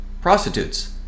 prostitutes